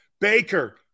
Baker